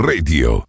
Radio